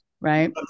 Right